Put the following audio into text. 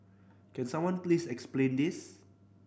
can someone please explain this